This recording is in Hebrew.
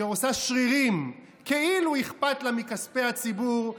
שעושה שרירים כאילו אכפת לה מכספי הציבור,